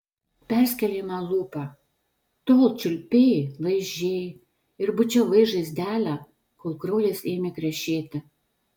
perskėlei man lūpą tol čiulpei laižei ir bučiavai žaizdelę kol kraujas ėmė krešėti